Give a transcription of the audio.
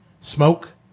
smoke